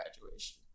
graduation